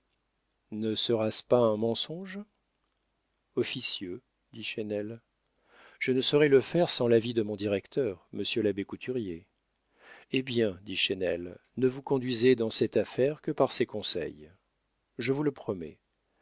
ne sera-ce pas un mensonge officieux dit chesnel je ne saurais le faire sans l'avis de mon directeur monsieur l'abbé couturier eh bien dit chesnel ne vous conduisez dans cette affaire que par ses conseils je vous le promets